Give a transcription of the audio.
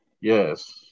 Yes